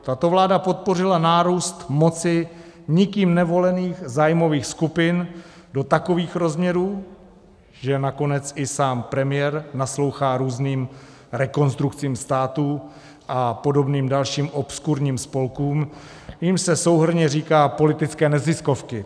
Tato vláda podpořila nárůst moci nikým nevolených zájmových skupin do takových rozměrů, že nakonec i sám premiér naslouchá různým rekonstrukcím státu a podobným dalším obskurním spolkům, jímž se souhrnně říká politické neziskovky.